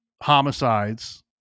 homicides